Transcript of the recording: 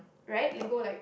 right they go like